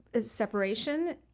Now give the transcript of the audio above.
separation